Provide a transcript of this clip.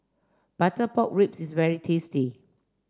butter pork ribs is very tasty